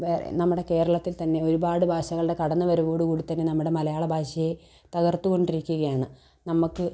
നമ്മുടെ കേരളത്തിൽ തന്നെ ഒരുപാട് ഭാഷകളുടെ കടന്ന് വരവോട് കൂടിത്തന്നെ നമ്മുടെ മലയാള ഭാഷയെ തകർത്തുകൊണ്ടിരിക്കുകയാണ് നമുക്ക്